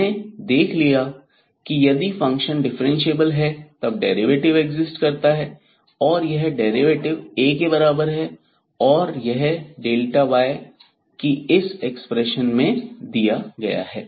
हमने देख लिया की यदि फंक्शन डिफरेंशिएबल है तब डेरिवेटिव एक्सिस्ट करता है और यह डेरिवेटिव A के बराबर है यह y कि इस एक्सप्रेशन में दिया गया है